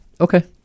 Okay